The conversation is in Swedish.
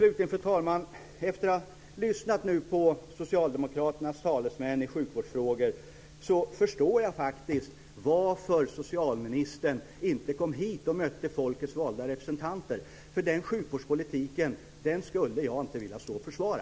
Slutligen, fru talman, måste jag säga att efter att nu ha lyssnat på socialdemokraternas talesmän i sjukvårdsfrågor förstår jag faktiskt varför inte socialministern kom hit och mötte folkets valda representanter. Den sjukvårdspolitiken skulle jag inte vilja stå och försvara.